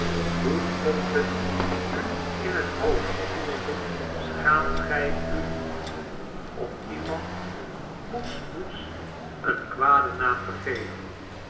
hoe komt het u in het hoofd schaamt gij u niet om iemand goedsmoeds een kwaden naam te geven